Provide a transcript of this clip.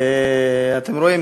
אתם רואים,